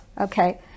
Okay